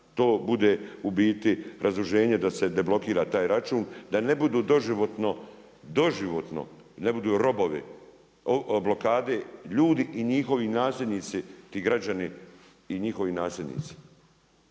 to bude u biti razduženje da se deblokira taj račun, da ne budu doživotno, doživotno, ne budu robovi blokade ljudi i njihovi nasljednici, ti građani i njihovi nasljednici.